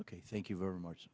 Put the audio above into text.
ok thank you very much